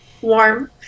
Warm